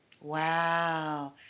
Wow